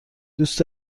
دوست